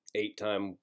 eight-time